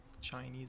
chinese